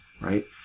right